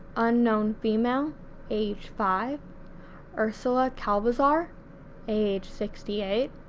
unknown female age five ursula cabalzar age sixty eight,